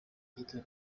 gito